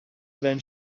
than